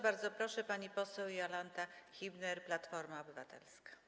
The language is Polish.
Bardzo proszę, pani poseł Jolanta Hibner, Platforma Obywatelska.